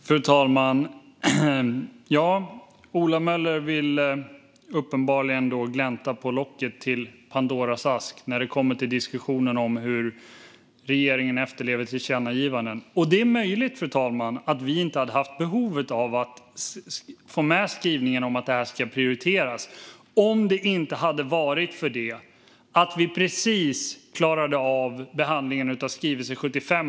Fru talman! Ola Möller vill uppenbarligen glänta på locket till Pandoras ask när det kommer till diskussionen om hur regeringen efterlever tillkännagivanden. Fru talman! Det är möjligt att vi inte hade haft behovet av att få med skrivningen om att det ska prioriteras om det inte hade varit för det att vi precis klarade av behandlingen av skrivelse 75.